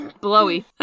Blowy